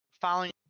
following